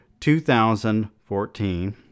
2014